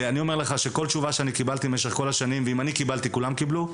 ואני אומר לך שכל תשובה שקיבלתי במשך כל השנים הפנתה אליכם,